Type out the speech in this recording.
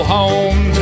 home